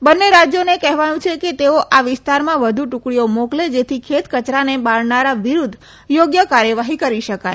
બંને રાજયોને કહેવાયું છે કે તેઓ આ વિસ્તારમાં વધુ ટુકડીઓ મોકલે જેથી ખેત કચરાને બાળનારા વિરુધ્ધ ઉચિત કાર્યવાહી કરી શકાય